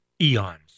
eons